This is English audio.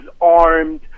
armed